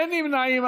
אין נמנעים.